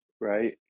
right